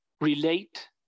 relate